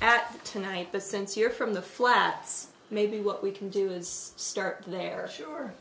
at tonight but since you're from the flats maybe what we can do is start there sure